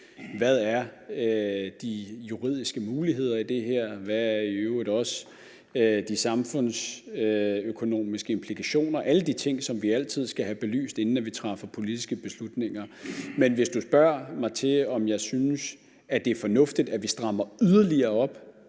hvad de juridiske muligheder i det her er, eller hvad de samfundsøkomiske implikationer er – alle de ting, som vi altid skal have belyst, inden vi træffer politiske beslutninger. Men hvis du spørger mig til, om jeg synes, at det er fornuftigt, at vi strammer yderligere op,